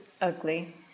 ugly